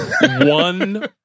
one